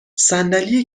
صندلی